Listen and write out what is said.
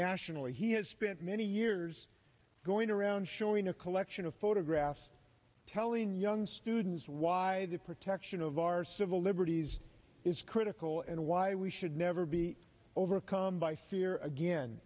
nationally he has spent many years going around showing a collection of photographs telling young students why the protection of our civil liberties is critical and why we should never be overcome by fear again